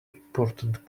important